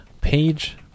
page